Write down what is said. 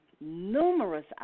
numerous